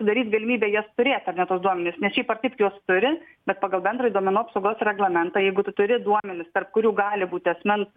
sudaryt galimybę jas turėt ar ne tuos duomenis nes šiaip ar taip juos turi bet pagal bendrąjį duomenų apsaugos reglamentą jeigu tu turi duomenis tarp kurių gali būti asmens